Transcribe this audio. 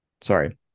sorry